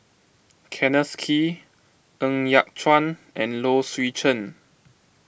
Kenneth Kee Ng Yat Chuan and Low Swee Chen